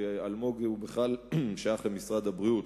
אלמוג בכלל שייך למשרד הבריאות,